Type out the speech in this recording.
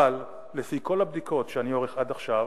אבל לפי כל הבדיקות שאני עורך עד עכשיו,